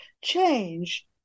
change